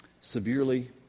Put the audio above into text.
severely